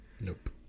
Nope